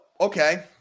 okay